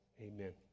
amen